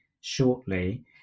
shortly